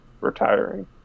retiring